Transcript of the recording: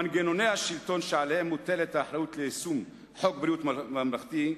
מנגנוני השלטון שעליהם מוטלת האחריות ליישום חוק ביטוח בריאות ממלכתי,